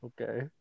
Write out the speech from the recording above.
okay